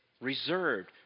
reserved